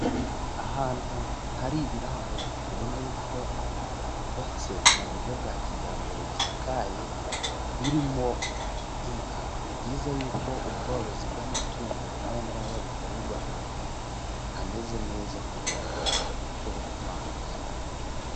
Ahantu hari ibiraro ubona yuko byubatse mu buryo bwa kijyambere bisakaye birimo inka, ni byiza yuko ubworozi bw'amatungo nkaya ngaya bukorerwa ahantu hameze neza kugira ngo burusheho gutanga umusaruro.